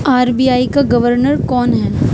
are B I کا governor کون ہے